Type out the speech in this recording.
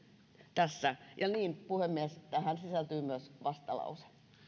ja niin puhemies tähän sisältyy myös vastalauseet